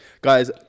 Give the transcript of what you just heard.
Guys